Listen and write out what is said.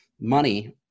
money